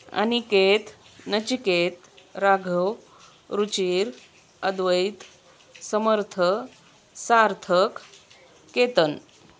Aniket Nachiket Raghav Ruchir Advait Samarth Sarthak Ketan